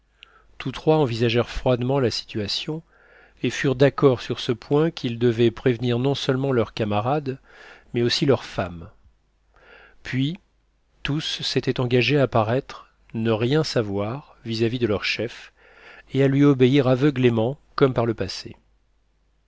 tous trois envisagèrent froidement la situation et furent d'accord sur ce point qu'ils devaient prévenir non seulement leurs camarades mais aussi leurs femmes puis tous s'étaient engagés à paraître ne rien savoir visà-vis de leur chef et à lui obéir aveuglément comme par le passé